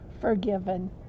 forgiven